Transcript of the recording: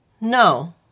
No